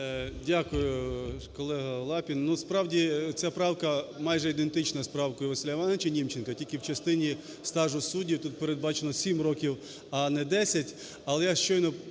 Дякую, колего Лапін. Ну справді, ця правка майже ідентична з правкою Василя ІвановичаНімченка, тільки в частині стажу суддів тут передбачено 7 років, а не 10.